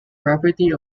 property